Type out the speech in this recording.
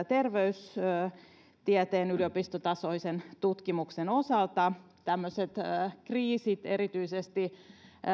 terveystieteen yliopistotasoisen tutkimuksen osalta tämmöiset kriisit erityisesti